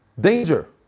danger